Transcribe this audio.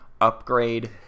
upgrade